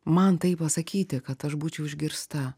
man tai pasakyti kad aš būčiau išgirsta